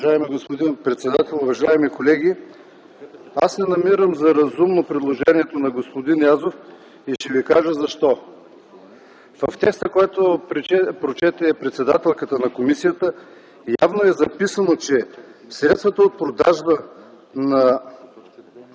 В текста, който прочете председателката на комисията, ясно е записано, че средствата от продажба на